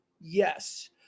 Yes